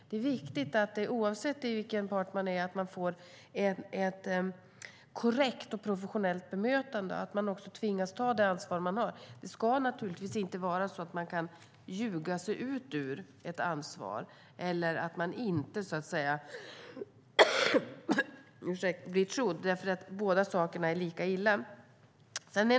Det är viktigt, oavsett vilken part man är, att man får ett korrekt och professionellt bemötande och att man tvingas ta det ansvar som man har. Man ska naturligtvis inte kunna ljuga sig ur ett ansvar, och det ska inte vara så att man inte blir trodd. Båda sakerna är lika illa.